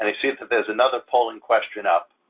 and see that that there's another polling question up.